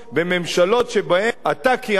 בממשלות שבהן אתה כיהנת כשר,